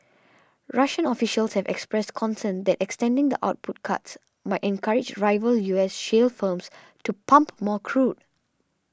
Russian officials had expressed concern that extending the output cuts might encourage rival U S shale firms to pump more crude